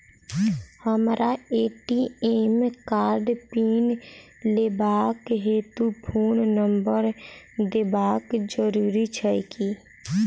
हमरा ए.टी.एम कार्डक पिन लेबाक हेतु फोन नम्बर देबाक जरूरी छै की?